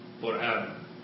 forever